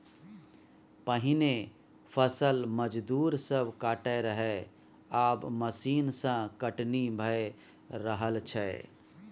पहिने फसल मजदूर सब काटय रहय आब मशीन सँ कटनी भए रहल छै